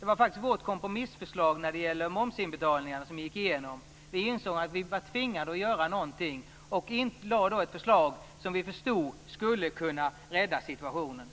Det var faktiskt vårt kompromissförslag när det gäller momsinbetalningarna som gick igenom. Vi insåg att vi var tvingade att göra någonting och lade då fram ett förslag som vi förstod skulle kunna rädda situationen.